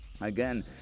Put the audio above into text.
again